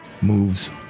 moves